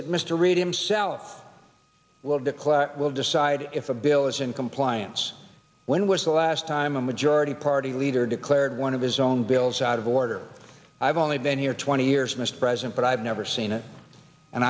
mr reid himself will declare will decide if a bill is in compliance when was the last time a majority party leader declared one of his own bills out of order i've only been here twenty years mr president but i've never seen it and